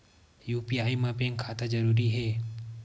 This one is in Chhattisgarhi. यू.पी.आई मा बैंक खाता जरूरी हे?